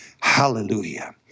Hallelujah